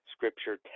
Scripture